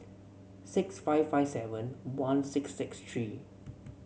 six five five seven one six six three